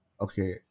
okay